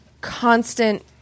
constant